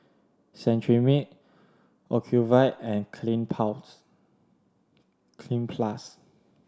Cetrimide Ocuvite and Cleanz Cleanz Plus